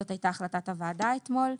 זאת הייתה החלטת הוועדה אתמול.